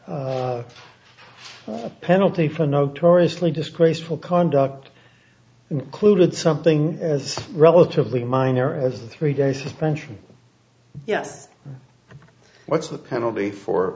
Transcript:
penalty for notoriously disgraceful conduct included something as relatively minor as a three day suspension yes what's the penalty for